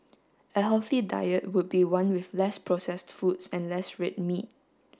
a healthy diet would be one with less processed foods and less red meat